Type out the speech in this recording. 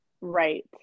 Right